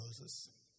Moses